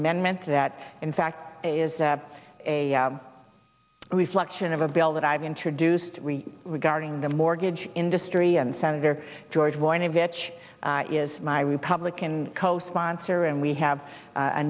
amendment that in fact is a reflection of a bill that i've introduced regarding the mortgage industry and senator george voinovich is my republican co sponsor and we have a